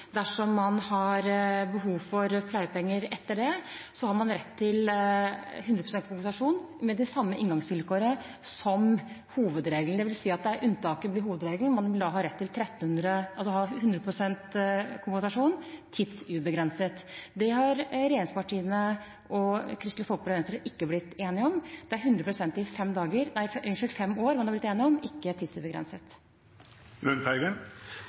Dersom man har behov for pleiepenger etter det, har man rett til 100 pst. kompensasjon med det samme inngangsvilkåret som hovedregelen, dvs. at unntaket blir hovedregelen. Man har rett til 100 pst. kompensasjon, tidsubegrenset. Det har regjeringspartiene, Kristelig Folkeparti og Venstre ikke blitt enige om. Det er 100 pst. i fem år man har blitt enige om, ikke